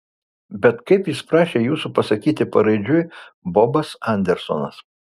bet kaip jis prašė jūsų pasakyti paraidžiui bobas andersonas